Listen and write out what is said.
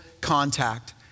contact